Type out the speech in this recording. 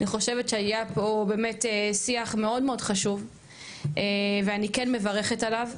אני חושבת שהיה פה באמת שיח מאוד מאוד חשוב ואני כן מברכת עליו.